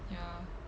ya